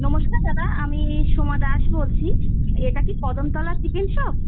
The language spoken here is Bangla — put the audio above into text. নমস্কার দাদা আমি সোমা দাস বলছি এটা কি কদমতলা চিকেন শপ